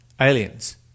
aliens